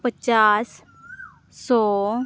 ᱯᱟᱪᱟᱥ ᱥᱚ